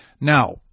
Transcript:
Now